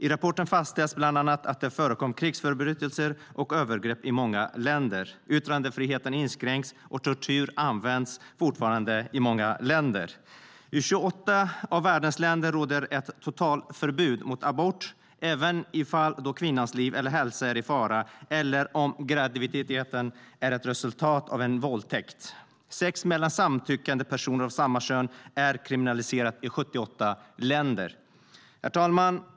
I rapporten fastställs bland annat att det förekommer krigsförbrytelser och övergrepp i många länder. Yttrandefriheten inskränks, och tortyr används fortfarande i många länder. I 28 av världens länder råder ett totalförbud mot abort, även i fall då kvinnans liv eller hälsa är i fara eller om graviditeten är ett resultat av en våldtäkt. Sex mellan samtyckande personer av samma kön är kriminaliserat i 78 länder. Herr talman!